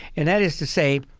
and that is to say,